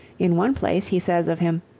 in one place he says of him,